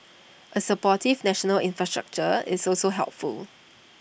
A supportive national infrastructure is also helpful